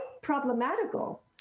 problematical